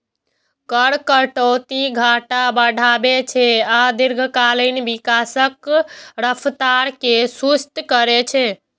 कर कटौती घाटा बढ़ाबै छै आ दीर्घकालीन विकासक रफ्तार कें सुस्त करै छै